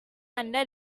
anda